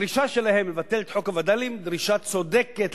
הדרישה שלהם לבטל את חוק הווד"לים היא דרישה צודקת,